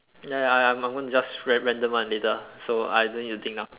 ya ya ya my one just random one later so I don't need to think now